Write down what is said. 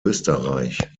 österreich